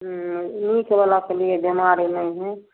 हुँ नीकवलासब ली बीमारी नहि हइ